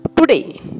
Today